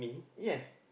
ya